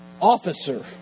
officer